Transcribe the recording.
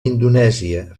indonèsia